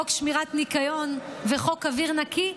חוק שמירת ניקיון וחוק אוויר נקי,